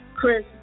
Chris